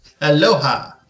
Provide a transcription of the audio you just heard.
aloha